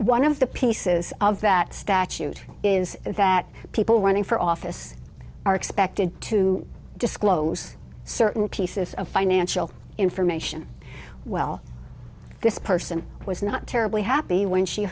one of the pieces of that statute is that people running for office are expected to disclose certain pieces of financial information well this person was not terribly happy when she